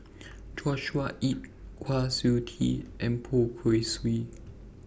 Joshua Ip Kwa Siew Tee and Poh Kay Swee